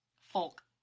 Folk